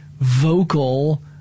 vocal